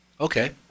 Okay